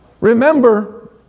Remember